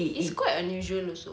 it's quite unusual also